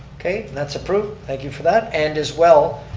okay, and that's approved. thank you for that. and as well,